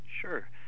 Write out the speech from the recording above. Sure